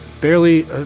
barely